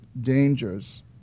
dangers